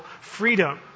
freedom